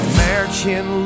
American